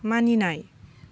मानिनाय